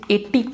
80